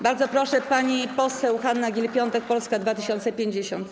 Bardzo proszę, pani poseł Hanna Gill-Piątek, Polska 2050.